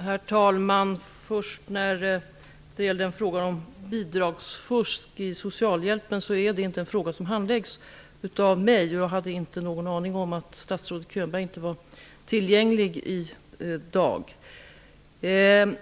Herr talman! Först vill jag ta upp frågan om bidragsfusk när det gäller socialhjälpen. Det är inte en fråga som handläggs av mig. Jag hade inte någon aning om att statsrådet Könberg inte var tillgänglig i dag. När vi